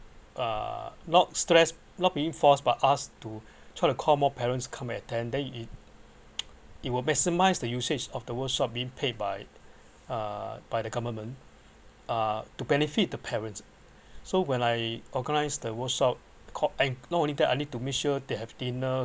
uh not stress not being forced but asked to try to call more parents to come to attend then it will maximise the usage of the workshop being paid by uh by the government uh to benefit the parents so when I organise the workshop called and not only that I need to make sure they have dinner